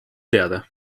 teada